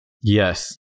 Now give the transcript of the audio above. Yes